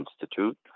Institute